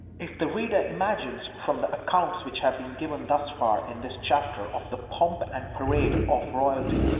if the reader imagines, from the accounts which have been given thus far in this chapter of the pomp and parade of royalty,